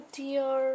dear